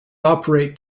operate